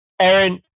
Aaron